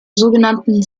sogenannten